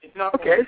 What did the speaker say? Okay